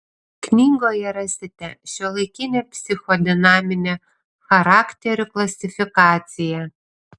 knygoje rasite šiuolaikinę psichodinaminę charakterių klasifikaciją